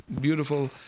beautiful